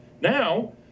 Now